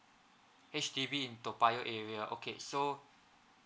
H_D_B in toa payoh area okay so